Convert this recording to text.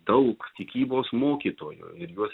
daug tikybos mokytojų ir juos